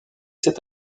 cet